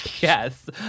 yes